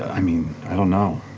i mean, i don't know.